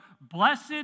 blessed